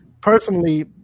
personally